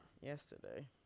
Yesterday